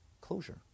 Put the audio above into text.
closure